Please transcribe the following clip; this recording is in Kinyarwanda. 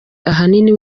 ahanini